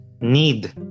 need